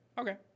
Okay